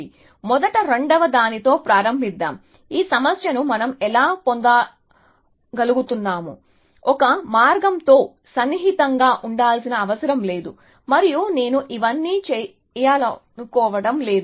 కాబట్టి మొదట రెండవ దానితో ప్రారంభిద్దాం ఈ సమస్యను మనం ఎలా పొందగలుగుతాము ఒక మార్గంతో సన్నిహితంగా ఉండాల్సిన అవసరం లేదు మరియు నేను ఇవన్నీ చేయాలనుకోవడం లేదు